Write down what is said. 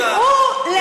ידעו,